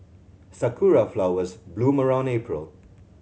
sakura flowers bloom around April